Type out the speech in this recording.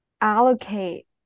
allocate